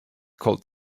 called